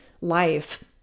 life